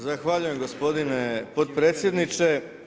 Zahvaljujem gospodine potpredsjedniče.